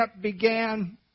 began